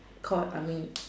cord I mean